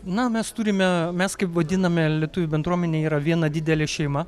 na mes turime mes kaip vadiname lietuvių bendruomenė yra viena didelė šeima